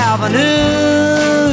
Avenue